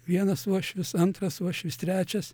vienas uošvis antras uošvis trečias